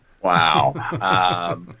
Wow